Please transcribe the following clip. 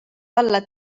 alla